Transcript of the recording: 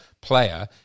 player